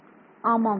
மாணவர் ஆமாம்